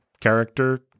character